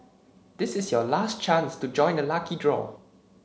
this is your last chance to join the lucky draw